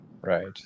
Right